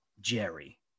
Jerry